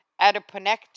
adiponectin